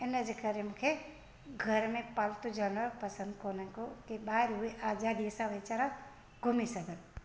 इनजे करे मूंखे घर में पालतू जानवर पसंदि कोने को की ॿाहिरि उहे आज़ादीअ सां वीचारा घुमी सघनि